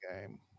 game